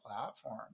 platform